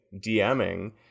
DMing